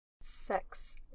Sex